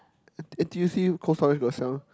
N_T_U_C cause where got sell